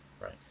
Right